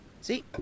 See